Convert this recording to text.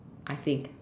I think